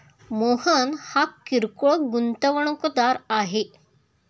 मोहन हा किरकोळ गुंतवणूकदार आहे